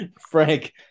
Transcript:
Frank